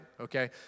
Okay